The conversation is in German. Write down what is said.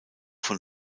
von